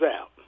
out